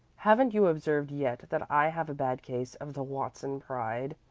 haven't you observed yet that i have a bad case of the watson pride?